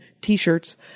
t-shirts